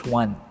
one